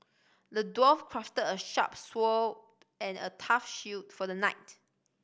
the dwarf crafted a sharp sword and a tough shield for the knight